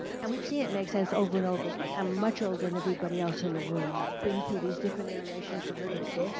and we've seen it makes sense over and over again. i'm much older than everybody else in the room and i've been through these different iterations of literacy.